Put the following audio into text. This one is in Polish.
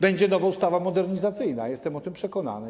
Będzie nowa ustawa modernizacyjna, jestem o tym przekonany.